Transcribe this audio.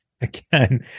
again